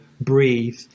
Breathe